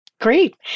Great